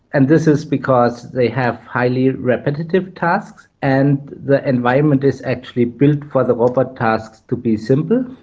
and this is because they have highly repetitive tasks and the environment is actually built for the robot tasks to be simple.